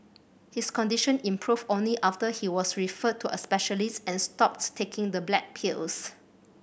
his condition improved only after he was referred to a specialist and stopped taking the black pills